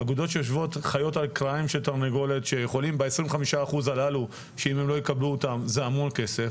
אגודות חיות על כרעיים של תרנגולת וה-25% הללו זה המון כסף.